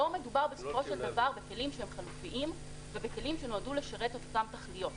לא מדובר בכלים חלופיים ובכלים שנועדו לשרת את אותן תכליות.